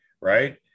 right